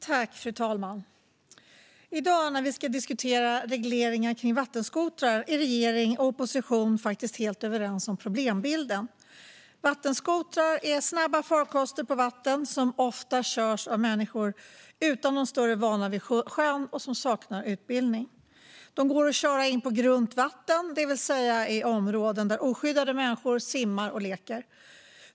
Fru talman! I dag när vi ska diskutera regleringar kring vattenskotrar är regering och opposition faktiskt helt överens om problembilden. Vattenskotrar är snabba farkoster på vatten som ofta körs av människor som inte har någon större vana vid sjön och som saknar utbildning. De går att köra in på grunt vatten, det vill säga i områden där oskyddade människor simmar och leker.